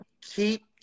Keep